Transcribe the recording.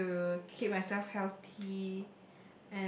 to keep myself healthy